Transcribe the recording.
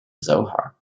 zohar